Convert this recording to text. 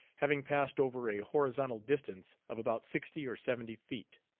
having passed over a horizontal distance of about sixty or seventy feet.